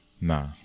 Nah